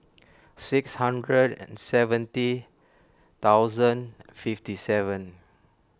six hundred seventy thousand fifty seven